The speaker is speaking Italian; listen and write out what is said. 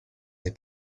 dei